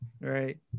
right